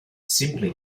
simply